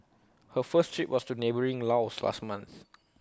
her first trip was to neighbouring Laos last month